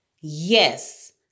Yes